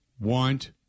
want